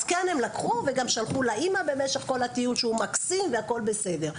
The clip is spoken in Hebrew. אז כן הם לקחו וגם שלחו לאמא במשך כל הטיול שהוא מקסים והכל בסדר,